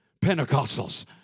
Pentecostals